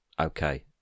Okay